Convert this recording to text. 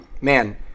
Man